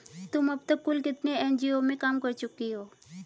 तुम अब तक कुल कितने एन.जी.ओ में काम कर चुकी हो?